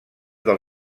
del